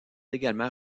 également